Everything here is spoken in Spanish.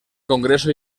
congreso